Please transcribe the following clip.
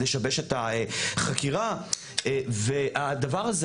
לשבש את החקירה והדבר הזה,